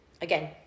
again